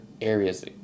areas